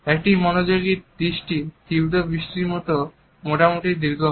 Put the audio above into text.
একটি মনোযোগী দৃষ্টি তীব্র বৃষ্টির মত মোটামুটি দীর্ঘ হয়